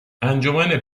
انجمن